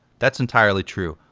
that's entirely true,